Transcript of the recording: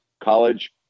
college